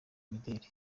mideli